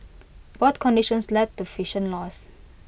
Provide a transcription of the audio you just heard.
both conditions led to vision loss